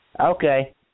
Okay